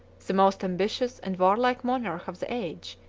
the most ambitious and warlike monarch of the age,